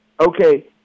Okay